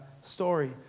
story